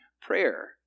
prayer